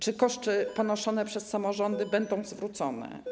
Czy koszty ponoszone przez samorządy będą zwrócone?